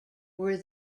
were